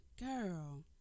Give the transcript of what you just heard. Girl